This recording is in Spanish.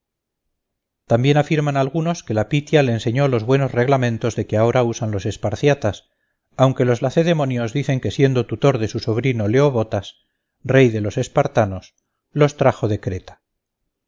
también afirman algunos que la pitia le enseñó los buenos reglamentos de que ahora usan los esparciatas aunque los lacedemonios dicen que siendo tutor de su sobrino leobotas rey de los espartanos los trajo